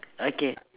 okay